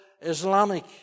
Islamic